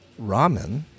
ramen